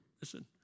Listen